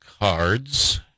cards